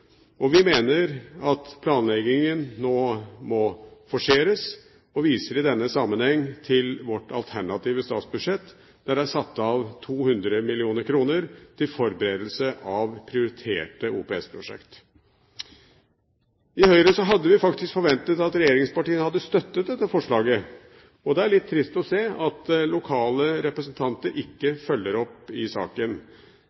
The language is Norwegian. Vi mener at planleggingen nå må forseres, og vi viser i den sammenheng til vårt alternative statsbudsjett, der det er satt av 200 mill. kr til forberedelse av prioriterte OPS-prosjekt. I Høyre hadde vi faktisk forventet at regjeringspartiene hadde støttet dette forslaget, og det er litt trist å se at lokale representanter